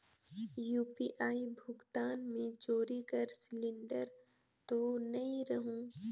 UPI भुगतान मे चोरी कर सिलिंडर तो नइ रहु?